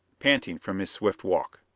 panting from his swift walk.